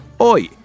Oi